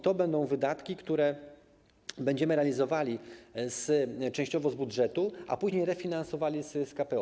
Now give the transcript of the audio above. To będą wydatki, które będziemy realizowali częściowo z budżetu, a później refinansowali z KPO.